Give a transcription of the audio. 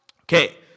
Okay